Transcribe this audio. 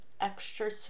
extra